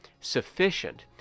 sufficient